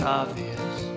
obvious